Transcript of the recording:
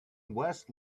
west